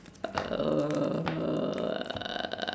uh